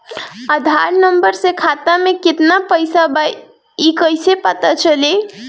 आधार number से खाता में केतना पईसा बा ई क्ईसे पता चलि?